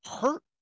hurt